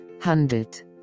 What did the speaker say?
handelt